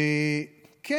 כן,